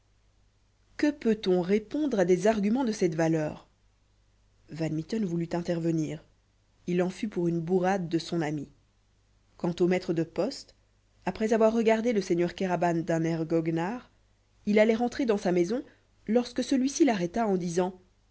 que peut-on répondre à des arguments de cette valeur van mitten voulut intervenir il en fut pour une bourrade de son ami quant au maître de poste après avoir regardé le seigneur kéraban d'un air goguenard il allait rentrer dans sa maison lorsque celui-ci l'arrêta en disant